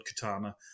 katana